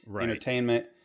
entertainment